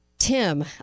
Tim